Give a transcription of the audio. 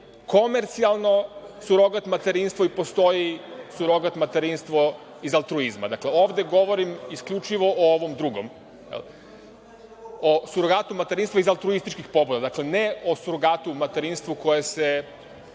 komercijalno surogat materinstvo i postoji surogat materinstvo iz altruizma. Dakle, ovde govorim isključivo o ovom drugom, o surogatu materinstva iz altruističkih pobuda. Dakle, ne o surogat materinstvu koje se